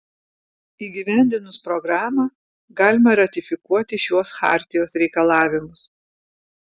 įgyvendinus programą galima ratifikuoti šiuos chartijos reikalavimus